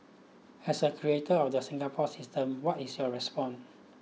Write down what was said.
as a creator of the Singapore system what is your response